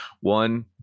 One